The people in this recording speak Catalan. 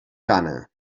gana